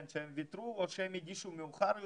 כן, שהם ויתרו או שהם הגישו מאוחר יותר.